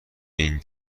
این